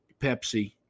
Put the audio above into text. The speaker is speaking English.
Pepsi